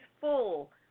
full